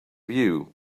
view